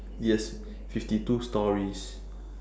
yes fifty two stories